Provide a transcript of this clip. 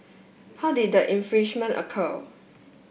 how did the infringements occur